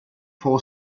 four